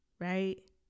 right